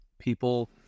People